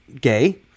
gay